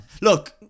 look